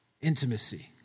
Intimacy